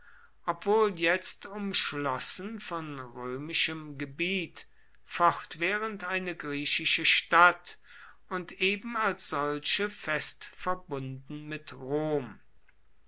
obwohl jetzt umschlossen von römischem gebiet fortwährend eine griechische stadt und eben als solche fest verbunden mit rom